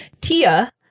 Tia